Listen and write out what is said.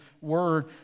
word